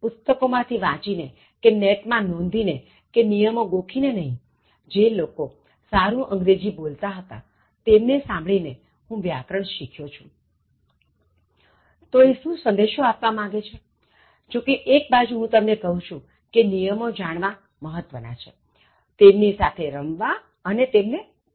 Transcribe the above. પુસ્તકો માં થી વાંચીને કે નોટ માં નોંધી ને કે નિયમો ગોખીને નહીંજે લોકો સારું અંગ્રેજી બોલતા હતા તેમને સાંભળી ને હું વ્યાકરણ શીખ્યો છું તોએ શું સંદેશો આપવા માગે છેજો કે એક બાજુ હું તમને કહું છું કે નિયમો જાણવા મહત્ત્વ ના છે તેમની સાથે રમવા અને તેમને તોડવા